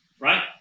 right